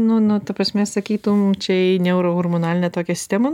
nu nu ta prasme sakytum čia neurohormonalinę tokią sistemą